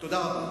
תודה.